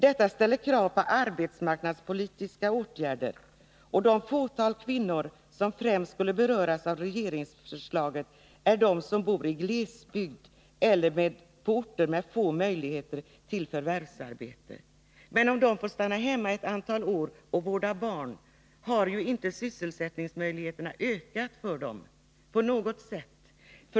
Detta ställer krav på arbetsmarknadspolitiska åtgärder. Det fåtal kvinnor som främst skulle beröras av regeringsförslaget är de som bor i glesbygd eller på orter med få möjligheter till förvärvsarbete. Men om de får stanna hemma ett antal år och vårda barn, har ju inte sysselsättningsmöjligheterna ökat för dem på något sätt.